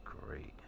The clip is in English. great